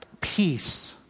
peace